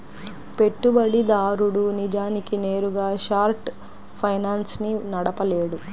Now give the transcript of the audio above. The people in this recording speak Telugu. పెట్టుబడిదారుడు నిజానికి నేరుగా షార్ట్ ఫైనాన్స్ ని నడపలేడు